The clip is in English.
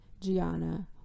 Gianna